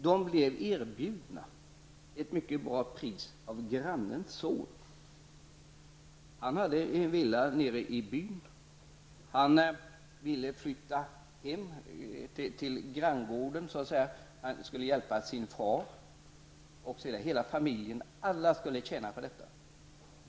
De blev erbjudna ett mycket bra pris av grannens son för sin fastighet. Han hade en villa nere i byn och ville flytta hem till granngården och hjälpa sin far. Alla skulle tjäna på detta.